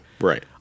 right